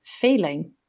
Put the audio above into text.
feeling